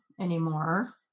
anymore